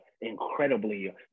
incredibly